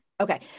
Okay